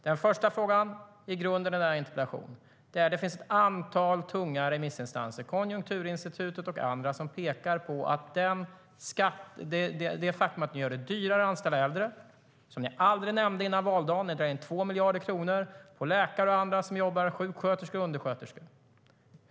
Den första frågan är grunden i denna interpellation. Det finns ett antal tunga remissinstanser - Konjunkturinstitutet och andra - som pekar på det faktum att ni gör det dyrare att anställa äldre. Det nämnde ni aldrig före valdagen. Ni drar in 2 miljarder kronor på läkare, sjuksköterskor, undersköterskor och andra som jobbar.